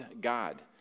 God